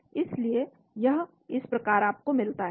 तो यह इस प्रकार आपको मिलता है